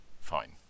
fine